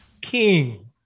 king